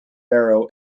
barrow